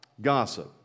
Gossip